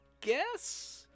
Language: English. guess